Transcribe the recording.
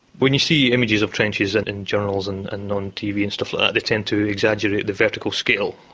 when you see images of trenches and in journals and and on tv and stuff like that they tend to exaggerate the vertical scale.